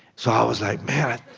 so i was like, man.